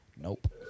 Nope